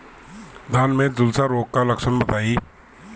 धान में झुलसा रोग क लक्षण बताई?